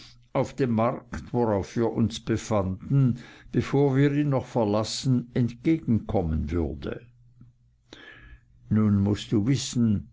auf dem markt worauf wir uns befanden bevor wir ihn noch verlassen entgegenkommen würde nun mußt du wissen